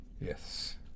Yes